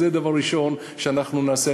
זה דבר ראשון שאנחנו נעשה,